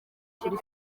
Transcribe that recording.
kuri